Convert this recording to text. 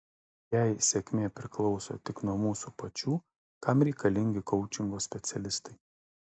jei sėkmė priklauso tik nuo mūsų pačių kam reikalingi koučingo specialistai